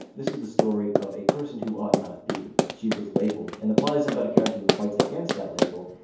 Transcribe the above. this is the story of a person who ought not be. she was labeled, and the plot isn't about a character who fights against that label,